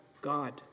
God